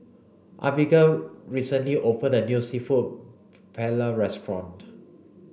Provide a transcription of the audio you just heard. Abbigail recently opened a new Seafood Paella restaurant